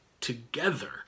together